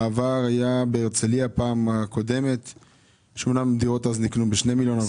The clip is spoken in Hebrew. בפעם הקודמת בהרצליה היו דירות במחיר של 2 מיליון.